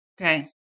Okay